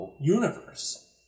universe